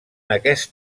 aquest